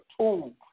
tool